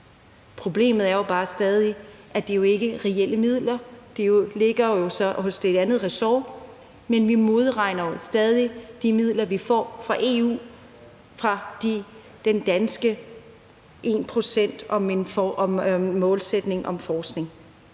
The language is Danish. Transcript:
Problemet er jo bare stadig, at det ikke er reelle midler; de ligger så hos det andet ressort, men vi modregner jo stadig de midler, vi får fra EU, i den danske 1-procentsmålsætning for forskning.